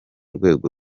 rwego